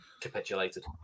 capitulated